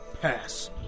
Pass